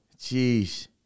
jeez